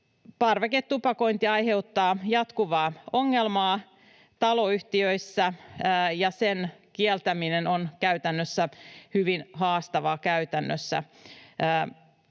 Parveketupakointi aiheuttaa jatkuvaa ongelmaa taloyhtiöissä, ja sen kieltäminen on käytännössä hyvin haastavaa.